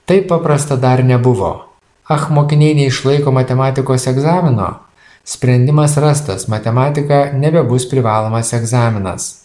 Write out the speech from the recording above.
taip paprasta dar nebuvo ach mokiniai neišlaiko matematikos egzamino sprendimas rastas matematika nebebus privalomas egzaminas